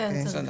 אוקיי.